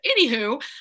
anywho